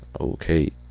Okay